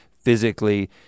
physically